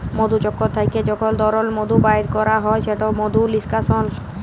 মধুচক্কর থ্যাইকে যখল তরল মধু বাইর ক্যরা হ্যয় সেট মধু লিস্কাশল